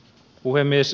puhemies